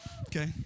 okay